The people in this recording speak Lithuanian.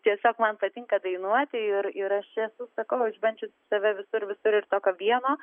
tiesiog man patinka dainuoti ir ir aš esu sakau išbandžiusi save visur visur ir tokio vieno